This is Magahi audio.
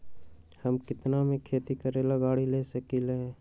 हम केतना में खेती करेला गाड़ी ले सकींले?